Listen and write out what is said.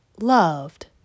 loved